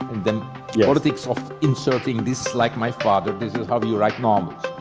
the yeah politics of inserting this, like my father, this is how you write and um